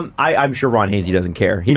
um i'm sure ron hainsey doesn't care. he